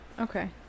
Okay